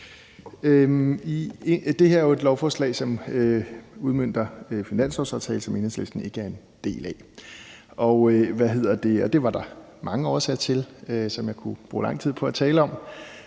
Det her er jo et lovforslag, som udmønter finanslovsaftalen, som Enhedslisten ikke er en del af. Der er mange årsager til, at vi ikke er det, og det kunne jeg bruge lang tid på at tale om.